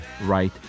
right